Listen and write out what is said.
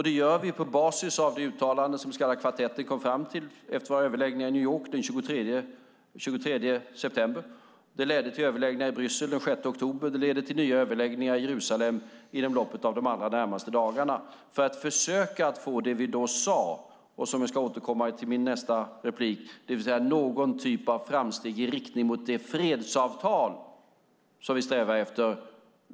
Det gör vi på basis av det uttalande som den så kallade kvartetten kom fram till efter våra överläggningar i New York den 23 september. Det ledde till överläggningar i Bryssel den 6 oktober, och det leder till nya överläggningar i Jerusalem inom loppet av de allra närmaste dagarna. Då ska vi försöka få det vi då sade och som jag ska återkomma till i min nästa replik, det vill säga någon typ av framsteg i riktning mot det fredsavtal som vi strävar efter.